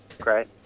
Great